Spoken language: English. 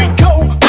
and go